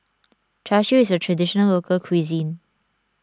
Char Siu is a Traditional Local Cuisine